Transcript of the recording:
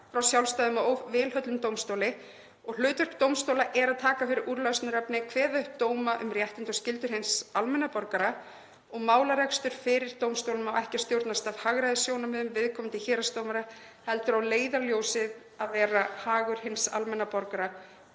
frá sjálfstæðum og óvilhöllum dómstóli. Hlutverk dómstóla er að taka fyrir úrlausnarefni og kveða upp dóma um réttindi og skyldur hins almenna borgara. Málarekstur fyrir dómstólum á ekki að stjórnast af hagræðissjónarmiðum viðkomandi héraðsdómara heldur að leiðarljósið sé hagur hins almenna borgara